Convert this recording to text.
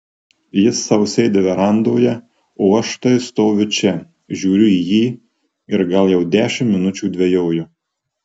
jis sau sėdi verandoje o aš štai stoviu čia žiūriu į jį ir gal jau dešimt minučių dvejoju